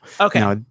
Okay